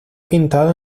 pintado